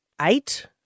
eight